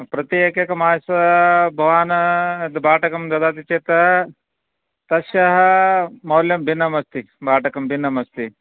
प्रति एकेकमासं भवान् यद् भाटकं ददाति चेत् तस्य मौल्यं भिन्नमस्ति भाटकं भिन्नमस्ति